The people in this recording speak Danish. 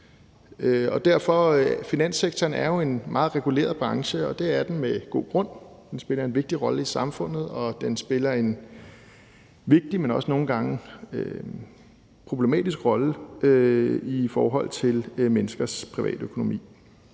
stor gæld. Finanssektoren er jo en meget reguleret branche, og det er den med god grund, den spiller en vigtig rolle i samfundet, men også nogle gange en problematisk rolle i forhold til menneskers privatøkonomi.